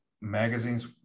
magazines